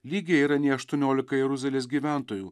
lygiai yra nei aštuoniolia jeruzalės gyventojų